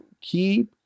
keep